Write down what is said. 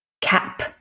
Cap